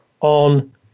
on